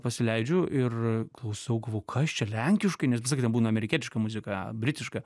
pasileidžiu ir klausau kas čia lenkiškai nes visą laiką būną amerikietiška muzika britiška